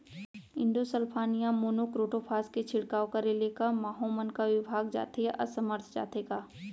Endosulfan या monocrotophos के छिड़काव करे ले क माहो मन का विभाग जाथे या असमर्थ जाथे का?